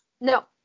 No